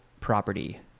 property